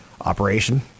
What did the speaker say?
operation